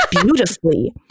beautifully